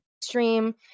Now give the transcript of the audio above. stream